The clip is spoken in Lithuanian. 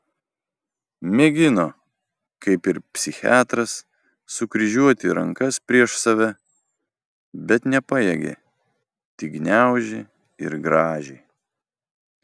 mėgino kaip ir psichiatras sukryžiuoti rankas prieš save bet nepajėgė tik gniaužė ir grąžė